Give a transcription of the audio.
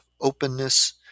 openness